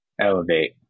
Elevate